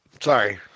Sorry